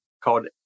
called